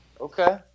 Okay